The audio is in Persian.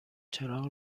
چراغ